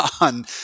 on